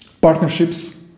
partnerships